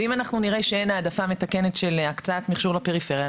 ואם אנחנו נראה שאין העדפה מתקנת של הקצאת מכשור לפריפריה,